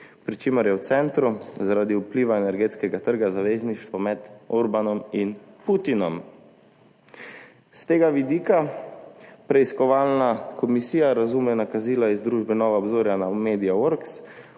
pri čemer je v centru zaradi vpliva energetskega trga zavezništvo med Orbanom in Putinom. S tega vidika preiskovalna komisija razume nakazila z družbe Nova obzorja na Media Works